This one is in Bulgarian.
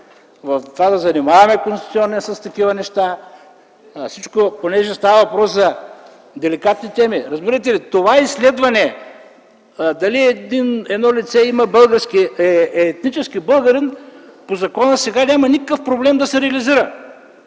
да занимаваме Конституционния съд с такива неща, понеже става въпрос за деликатни теми, разбирате ли? Изследването дали едно лице наистина е етнически българин по закона сега няма никакъв проблем да се реализира.